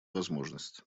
возможность